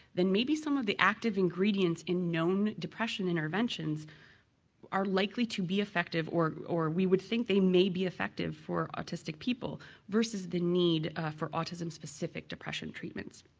then maybe some of the active ingredients in known depression interventions are likely to be effective or or we would think they may be effective for autistic people versus the need for autism specific depression treatments.